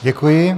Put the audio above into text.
Děkuji.